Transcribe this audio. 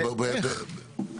איך?